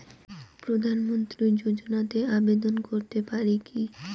প্রধানমন্ত্রী যোজনাতে আবেদন করতে পারি কি?